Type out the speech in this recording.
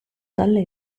dalle